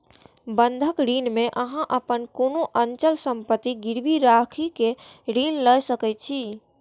बंधक ऋण मे अहां अपन कोनो अचल संपत्ति गिरवी राखि कें ऋण लए सकै छी